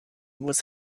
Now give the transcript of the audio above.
was